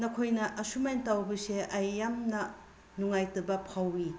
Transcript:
ꯅꯈꯣꯏꯅ ꯑꯁꯨꯃꯥꯏꯅ ꯇꯧꯕꯁꯦ ꯑꯩ ꯌꯥꯝꯅ ꯅꯨꯡꯉꯥꯏꯇꯕ ꯐꯥꯎꯋꯤ